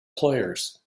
players